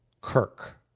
Kirk